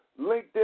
LinkedIn